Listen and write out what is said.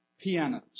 pianos